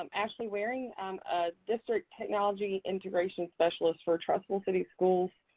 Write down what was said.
i'm ashley waring. i'm a district technology integration specialist for charleston city schools.